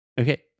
Okay